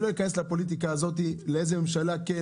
לא אכנס לפוליטיקה הזאת, על איזו ממשלה עשתה מה.